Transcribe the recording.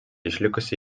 išlikusi